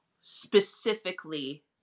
specifically